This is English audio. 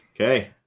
Okay